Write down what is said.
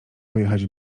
pojechać